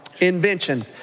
invention